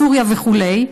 מסוריה וכו'.